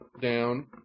down